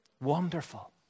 Wonderful